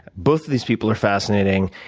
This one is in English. both of these people are fascinating,